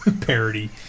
parody